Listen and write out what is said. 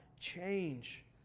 change